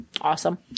awesome